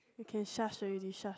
okay shush already shush